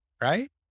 right